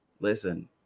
listen